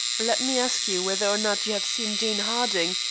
let me ask you whether or not you have seen jane harding,